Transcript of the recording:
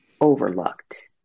overlooked